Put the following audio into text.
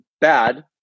bad